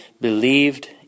believed